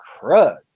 crud